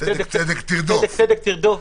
"צדק-צדק תרדוף".